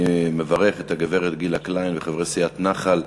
אני מברך את הגברת גילה קליין וחברי סיעת "נחל"